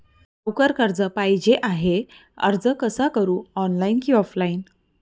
लवकर कर्ज पाहिजे आहे अर्ज कसा करु ऑनलाइन कि ऑफलाइन?